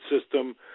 system